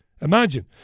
Imagine